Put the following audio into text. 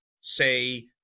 say